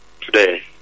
today